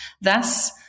Thus